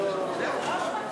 הוראת שעה)